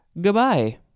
Goodbye